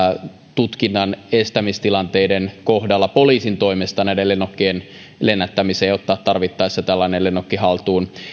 tutkinnan estämistilanteiden kohdalla poliisin toimesta näiden lennokkien lennättämiseen ja ottaa tarvittaessa tällainen lennokki haltuun